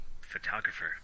photographer